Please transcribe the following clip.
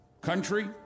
country